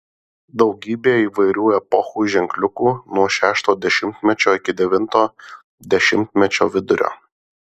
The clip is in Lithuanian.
daugybė įvairių epochų ženkliukų nuo šešto dešimtmečio iki devinto dešimtmečio vidurio